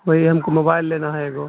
وہی ہم کو موبائل لینا ہے ایگو